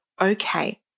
okay